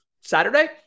Saturday